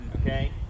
okay